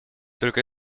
только